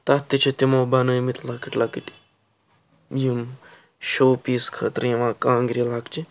تتھ تہِ چھِ تِمو بَنٲومٕتۍ لۅکٕٹۍ لۅکٕٹۍ یم شو پیٖس خٲطرٕ یِوان کانٛگرِ لۅکچہِ